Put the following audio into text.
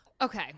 Okay